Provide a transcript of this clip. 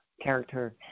character